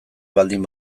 baldin